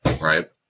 Right